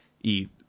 eat